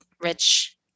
rich